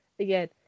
Again